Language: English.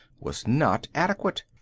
was not adequate.